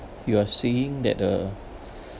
you are seeing that uh